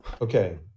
Okay